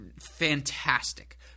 Fantastic